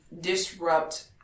disrupt